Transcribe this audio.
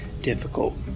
difficult